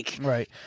Right